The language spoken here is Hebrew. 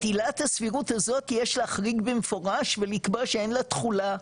את עילת הסבירות הזאת יש להחריג במפורש ולקבוע שאין לה תחולה,